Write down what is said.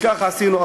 ככה עשינו עכשיו,